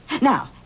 Now